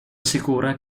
assicura